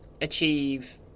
achieve